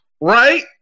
Right